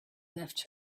left